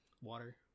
water